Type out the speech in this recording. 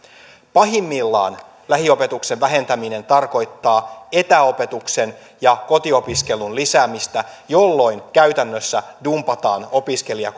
pahimmillaan lähiopetuksen vähentäminen tarkoittaa etäopetuksen ja kotiopiskelun lisäämistä jolloin käytännössä dumpataan opiskelija